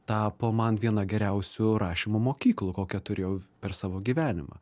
tapo man viena geriausių rašymo mokyklų kokią turėjau per savo gyvenimą